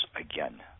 again